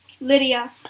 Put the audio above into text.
Lydia